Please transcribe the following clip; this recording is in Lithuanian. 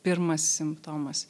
pirmas simptomas